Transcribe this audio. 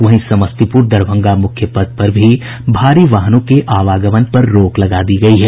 वहीं समस्तीपुर दरभंगा मुख्य पथ पर भी भारी वाहनों के आवागमन पर रोक लगा दी गयी है